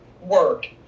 work